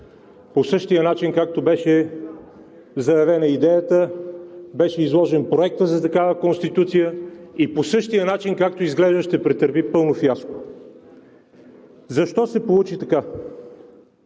по същия начин, както беше заявена идеята, беше изложен и проектът за такава Конституция, и по същия начин ще претърпи пълно фиаско. Защо се получи така?